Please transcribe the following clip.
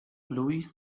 louis